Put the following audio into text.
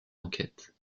enquête